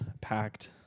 packed